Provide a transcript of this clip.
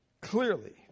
clearly